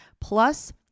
Plus